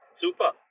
Super